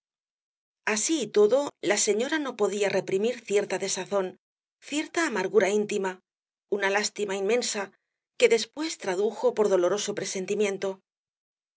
y todo la señora no podía reprimir cierta desazón cierta amargura íntima una lástima inmensa que después tradujo por doloroso presentimiento